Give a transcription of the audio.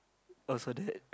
oh so that